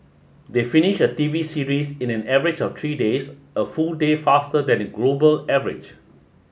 they finish a T V series in an average of three days a full day faster than the global average